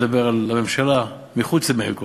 אני מדבר על הממשלה חוץ ממאיר כהן,